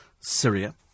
Syria